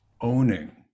owning